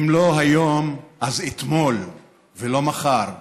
אם לא היום אז אתמול ולא מחר.